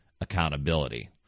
accountability